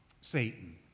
Satan